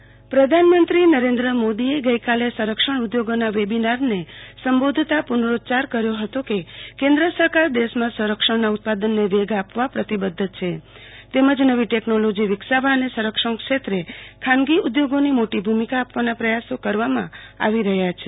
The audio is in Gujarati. મંત્રી સંરક્ષણ ઉદ્યોગ વેબિનાર પ્રધાનમંત્રી નરેન્દ્ર મોદીએ ગઈકાલે સંરક્ષણ ઉદ્યોગોના વેબીનારને સંબોધતા પુનરીચ્યાર કર્યો હતો કે કેન્દ્ર સરકાર દેશમાં સંરક્ષણના ઉત્પાદનને વેગ આપવા પ્રતિબદ્ધ છે તેમજ નવી ટેકનોલોજી વિકસાવવા અને સંરક્ષણ ક્ષેત્રે ખાનગી ઉદ્યોગોની મોટી ભૂમિકા આપવાના પ્રયાસો કરવામાં આવી રહ્યા છે